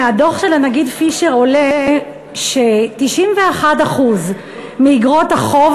מהדוח של הנגיד פישר עולה ש-91% מאיגרות החוב